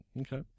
okay